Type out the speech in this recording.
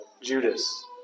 judas